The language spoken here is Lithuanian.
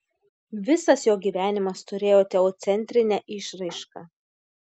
visas jo gyvenimas turėjo teocentrinę išraišką